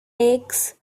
eggs